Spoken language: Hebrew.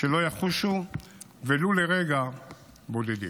שלא יחושו ולו לרגע בודדים.